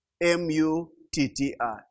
M-U-T-T-I